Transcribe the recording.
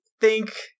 think-